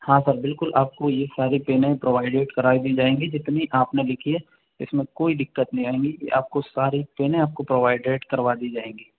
हाँ सर बिल्कुल आपको यह सारी पेने प्रोवाइडेड करा दी जाएंगी जितनी आपने लिखी है इसमें कोई दिक्कत नहीं आएगी आपको सारी पेने आपको प्रोवाइडेड करवा दी जाएंगी